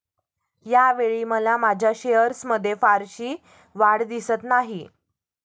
यावेळी मला माझ्या शेअर्समध्ये फारशी वाढ दिसत नाही